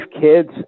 kids